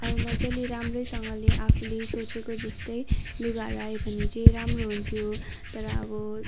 अब मजाले राम्रैसँगले आफूले सोचेको जस्तै लुगाहरू आयो भने चाहिँ राम्रो हुन्थ्यो तर अब